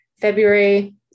february